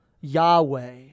Yahweh